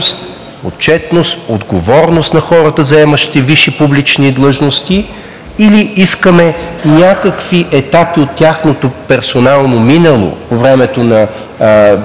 отчетност, отговорност на хората, заемащи висши публични длъжности, или искаме някакви етапи от тяхното персонално минало, времето на